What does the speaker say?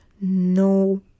no